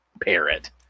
parrot